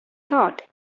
thought